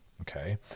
Okay